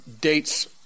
dates